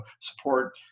support